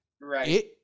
Right